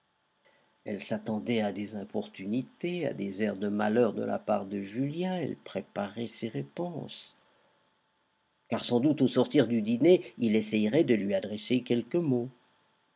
elle s'attendait à des importunités à des airs de malheur de la part de julien elle préparait ses réponses car sans doute au sortir du dîner il essaierait de lui adresser quelques mots